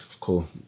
cool